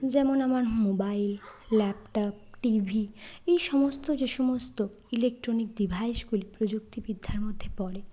যেমন আমার mobile laptop TV এই সমস্ত যে সমস্ত ইলেকট্রনিক ডিভাইসগুলি প্রযুক্তিবিদ্যার মধ্যে পড়ে